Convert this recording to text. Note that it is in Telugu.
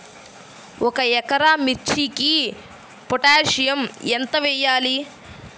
ఒక ఎకరా మిర్చీకి పొటాషియం ఎంత వెయ్యాలి?